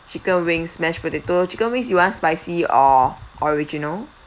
chicken wings mashed potato chicken wings you want spicy or original